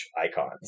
icons